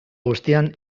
guztian